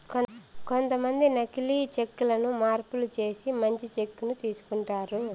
కొంతమంది నకీలి చెక్ లను మార్పులు చేసి మంచి చెక్ ను తీసుకుంటారు